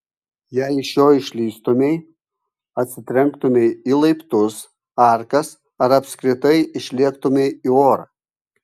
jei iš jo išslystumei atsitrenktumei į laiptus arkas ar apskritai išlėktumei į orą